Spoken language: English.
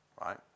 right